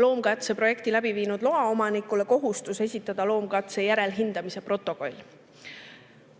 loomkatseprojekti läbi viinud loaomanikule kohustus esitada loomkatse järelhindamise protokoll. Eelnõu